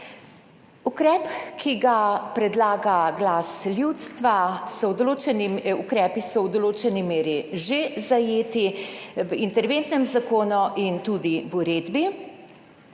Ukrepi, ki jih predlaga Glas ljudstva, so v določeni meri že zajeti v interventnem zakonu in tudi v uredbi.